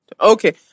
Okay